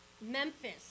Memphis